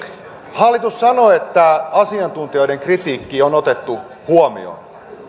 hallitus sanoo että asiantuntijoiden kritiikki on otettu huomioon